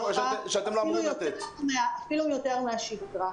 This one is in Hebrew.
אפילו יותר מהשגרה.